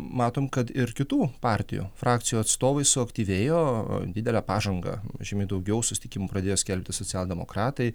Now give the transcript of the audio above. matom kad ir kitų partijų frakcijų atstovai suaktyvėjo didelę pažangą žymiai daugiau susitikimų pradėjo skelbti socialdemokratai